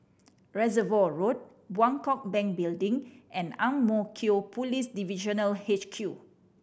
Reservoir Road Bangkok Bank Building and Ang Mo Kio Police Divisional H Q